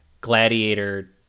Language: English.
gladiator